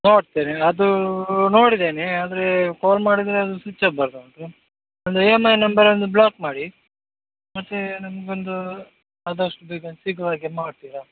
ನೋಡ್ತೇನೆ ಅದು ನೋಡಿದ್ದೇನೆ ಆದರೆ ಕಾಲ್ ಮಾಡಿದರೆ ಅದು ಸ್ವಿಚ್ ಆಫ್ ಬರ್ತಾ ಉಂಟು ನನ್ನದು ಇ ಎಮ್ ಐ ನಂಬರ್ ಒಂದು ಬ್ಲಾಕ್ ಮಾಡಿ ಮತ್ತು ನನಗೊಂದು ಆದಷ್ಟು ಬೇಗ ಸಿಗುವ ಹಾಗೆ ಮಾಡ್ತೀರಾ